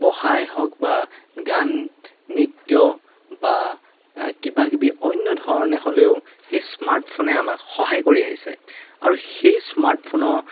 পঢ়াই হওক বা গান নৃত্য বা কিবাকিবি অন্য ধৰণে হ'লেও সেই স্মাৰ্টফোনে আমাক সহায় কৰি আহিছে আৰু সেই স্মাৰ্টফোনৰ